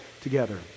together